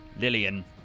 Lillian